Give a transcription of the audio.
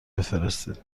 بفرستید